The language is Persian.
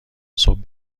صبح